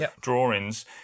drawings